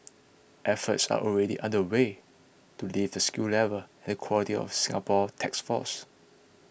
efforts are already underway to lift the skill level and quality of Singapore techs force